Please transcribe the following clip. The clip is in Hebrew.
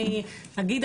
אני אגיד,